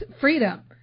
freedom